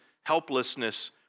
helplessness